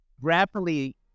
rapidly